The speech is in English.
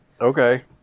okay